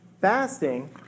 Fasting